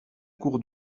cour